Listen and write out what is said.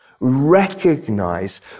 Recognize